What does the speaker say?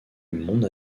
monde